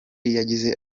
yagize